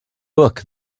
book